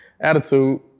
attitude